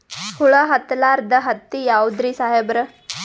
ಹುಳ ಹತ್ತಲಾರ್ದ ಹತ್ತಿ ಯಾವುದ್ರಿ ಸಾಹೇಬರ?